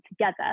together